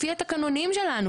לפי התקנונים שלנו,